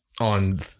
on